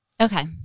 Okay